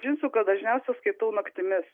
dažniausiai skaitau naktimis